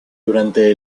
durante